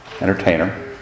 entertainer